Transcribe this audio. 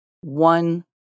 one